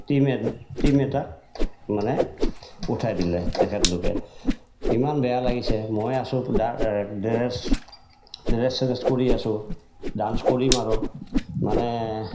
team team attack মানে উঠাই দিলে তেখেতলোকে ইমান বেয়া লাগিছে মই আছো ড্ৰেছ ড্ৰেছ চ্ৰেছ কৰি আছো ডান্স কৰিম আৰু মানে